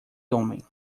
homem